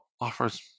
offers